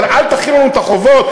אבל אל תחילו עלינו את החובות,